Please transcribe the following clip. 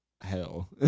hell